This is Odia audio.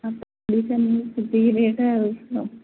ସେତିକି ରେଟ୍ ଆଉ କ'ଣ